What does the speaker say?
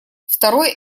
второй